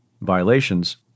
violations